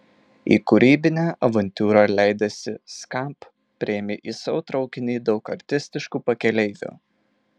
į kūrybinę avantiūrą leidęsi skamp priėmė į savo traukinį daug artistiškų pakeleivių